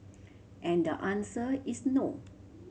and the answer is no